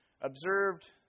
observed